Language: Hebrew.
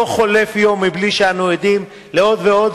לא חולף יום מבלי שאנו עדים לעוד ועוד